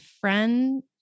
friend